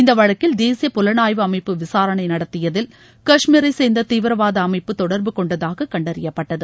இந்த வழக்கில் தேசிய புலனாய்வு அமைப்பு விசாணை நடத்தியதில் கஷ்மீரை சேர்ந்த தீவிரவாத அமைப்பு தொடர்புகொண்டதாக கண்டறியப்பட்டது